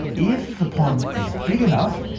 if the pond is big enough,